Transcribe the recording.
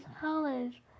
college